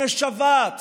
שמשוועת